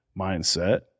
mindset